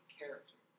character